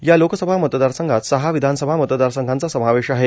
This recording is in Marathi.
या लोकसभा मतदारसंघात सहा विधानसभा मतदारसंघाचा समावेश आहे